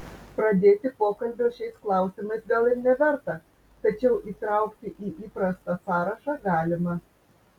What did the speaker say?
pradėti pokalbio šiais klausimais gal ir neverta tačiau įtraukti į įprastą sąrašą galima